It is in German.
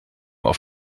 auf